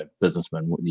businessman